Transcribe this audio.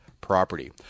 property